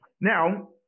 Now